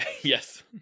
yes